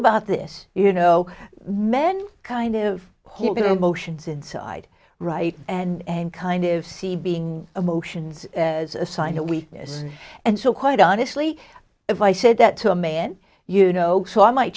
about this you know men kind of hit motions inside right and kind of see being emotions as a sign of weakness and so quite honestly if i said that to a man you know so i might